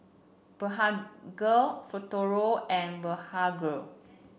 Blephagel Futuro and Blephagel